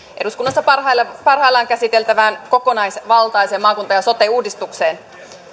eduskunnassa parhaillaan parhaillaan käsiteltävään kokonaisvaltaiseen maakunta ja sote uudistukseen